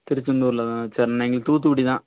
திருச்செந்துாரில் தானா சரிண்ணா எங்களுக்கு தூத்துக்குடி தான்